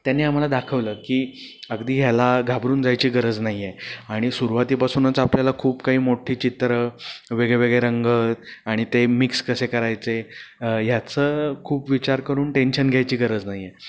त्यांनी आम्हाला दाखवलं की अगदी ह्याला घाबरून जायची गरज नाही आहे आणि सुरवातीपासूनच आपल्याला खूप काही मोठी चित्रं वेगळे वेगळे रंग आणि ते मिक्स कसे करायचे ह्याचं खूप विचार करून टेन्शन घ्यायची गरज नाही आहे